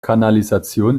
kanalisation